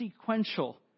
sequential